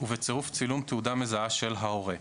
ובצירוף צילום תעודה מזהה של ההורה,